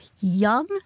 young